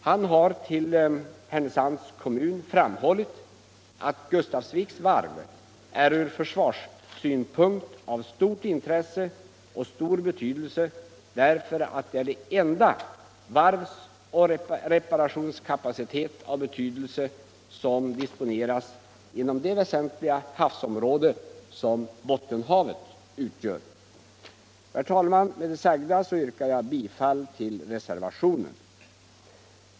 Han har för Härnösands kommun framhållit att Gustafsviks varv ur försvarssynpunkt är av stort intresse och av stor betydelse, eftersom det är den enda varvs och reparationskapacitet av något så när stor omfattning som disponeras inom det väsentliga havsområde som Bottenhavet utgör. Herr talman! Med det sagda yrkar jag bifall till reservationen.